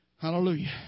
Hallelujah